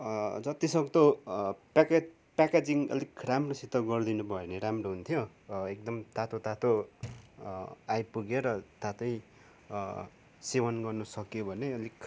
जति सक्दो package packaging अलिक राम्रोसित गरिदिनुभयो भने राम्रो हुन्थ्यो एकदम तातो तातो आइपुग्यो र तातै सेवन गर्नु सकियो भने अलिक